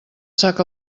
sac